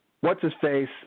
what's-his-face